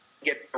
get